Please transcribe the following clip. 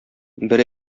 бер